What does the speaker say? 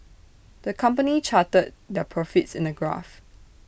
the company charted their profits in A graph